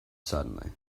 suddenly